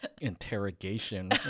interrogation